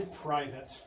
private